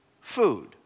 food